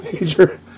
major